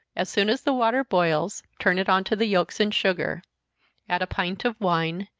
as soon as the water boils, turn it on to the yelks and sugar add a pint of wine,